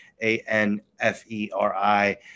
a-n-f-e-r-i